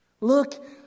Look